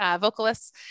vocalists